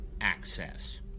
access